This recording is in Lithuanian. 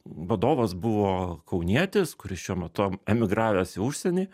vadovas buvo kaunietis kuris šiuo metu emigravęs į užsienį